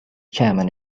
chairman